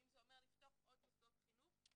ואם זה אומר לפתוח עוד מוסדות חינוך,